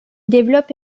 développe